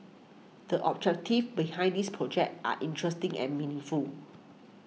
the objectives behind this project are interesting and meaningful